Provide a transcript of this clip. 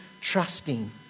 trusting